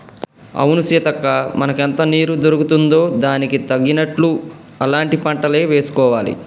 అవును సీతక్క మనకెంత నీరు దొరుకుతుందో దానికి తగినట్లు అలాంటి పంటలే వేసుకోవాలి